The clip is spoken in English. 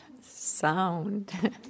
sound